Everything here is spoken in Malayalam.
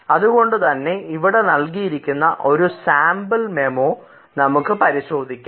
അതു കൊണ്ടുതന്നെ ഇവിടെ നൽകിയിരിക്കുന്ന സാമ്പിൾ മെമ്മോ നമുക്ക് പരിശോധിക്കാം